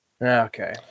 Okay